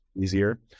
easier